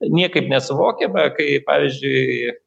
niekaip nesuvokiama kaip pavyzdžiui